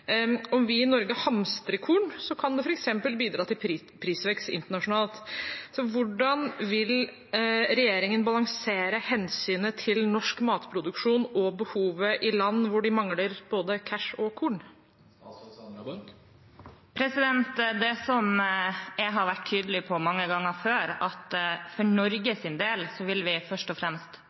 Om vi i Norge hamstrer korn, kan det f.eks. bidra til prisvekst internasjonalt. Hvordan vil regjeringen balansere hensynet til norsk matproduksjon med behov i land som mangler både cash og korn? Som jeg har vært tydelig på mange ganger før, vil vi for Norges del først og fremst